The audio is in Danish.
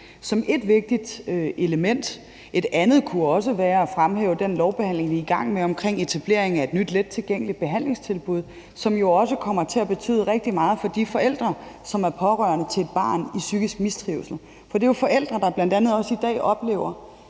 som ét vigtigt element. Et andet kunne også være at fremhæve den lovbehandling, vi er i gang med omkring etablering af et nyt lettilgængeligt behandlingstilbud, som jo også kommer til at betyde rigtig meget for de forældre, som er pårørende til et barn i psykisk mistrivsel. For det er jo forældre, der bl.a. også i dag oplever,